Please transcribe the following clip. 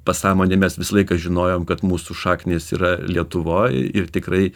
pasąmonėj mes visą laiką žinojom kad mūsų šaknys yra lietuvoj ir tikrai